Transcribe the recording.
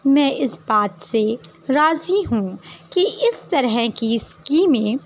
میں اس بات سے راضی ہوں کہ اس طرح کی اسکیمیں